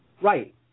Right